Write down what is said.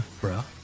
bro